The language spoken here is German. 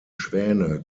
schwäne